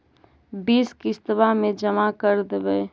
बिस किस्तवा मे जमा कर देवै?